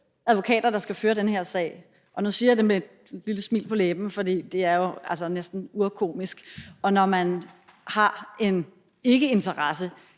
advokater, der skal føre den her sag – og nu siger jeg det med et lille smil på læben, for det er jo altså næsten urkomisk, at det er lidt med et